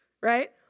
right